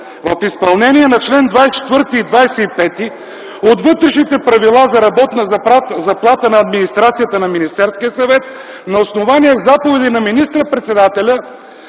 „В изпълнение на чл. 24 и 25 от Вътрешните правила за работна заплата на администрацията на Министерския съвет на основание заповеди на министър-председателя,